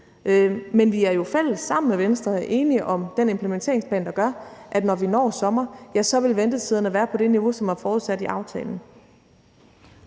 Men vi er fælles om sammen med Venstre at være enige om den implementeringsplan, der gør, at når vi når sommer, vil ventetiderne være på det niveau, som er forudsat i aftalen.